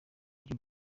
ry’u